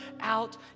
out